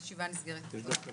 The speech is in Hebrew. תודה.